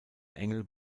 engel